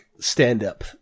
stand-up